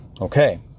Okay